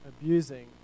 abusing